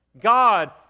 God